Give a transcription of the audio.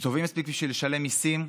הם טובים מספיק בשביל לשלם מיסים,